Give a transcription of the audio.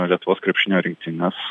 lietuvos krepšinio rinktinės